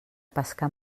pescar